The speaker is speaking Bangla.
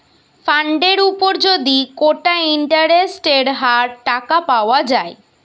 ফান্ডের উপর যদি কোটা ইন্টারেস্টের হার টাকা পাওয়া যায়